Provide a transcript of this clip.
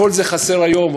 כל זה חסר היום.